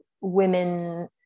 women